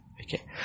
Okay